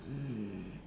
mm